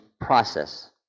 process